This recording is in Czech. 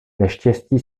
neštěstí